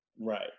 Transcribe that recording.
right